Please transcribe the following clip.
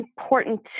important